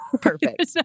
Perfect